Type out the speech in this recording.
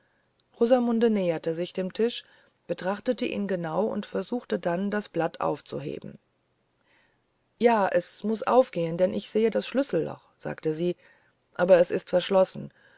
rosamunde näherte sich dem tisch betrachtete ihn genau und versuchte dann das blattaufzuheben ja es muß aufgehen denn ich sehe das schlüsselloch sagte sie aber es ist verschlossen